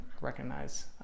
recognize